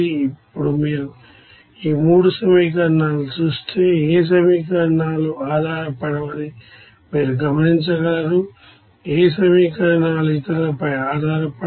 ఇప్పుడు మీరు ఈ 3 సమీకరణాలను చూస్తే ఏ సమీకరణాలు ఆధారపడవని మీరు గమనించగలరు ఏ సమీకరణాలు ఇతరులపై ఆధారపడవు